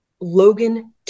Logan